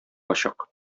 ачык